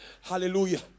Hallelujah